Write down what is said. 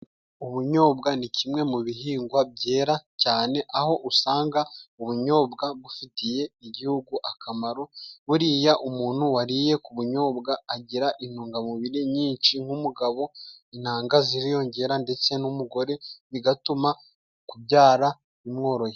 Ubunyobwa ni kimwe mu bihingwa byera cyane aho usanga ubunyobwa bufitiye igihugu akamaro. Buriya umuntu wariye ku bunyobwa agira intungamubiri nyinshi, nk'umugabo intanga ziriyongera ndetse n'umugore bigatuma kubyara bimworohera.